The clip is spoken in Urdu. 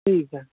ٹھیک ہے